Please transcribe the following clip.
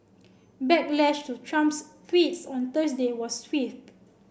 backlash to Trump's tweets on Thursday was swift